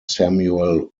samuel